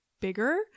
bigger